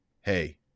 hey